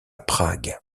prague